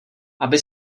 aby